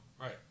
Right